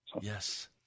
Yes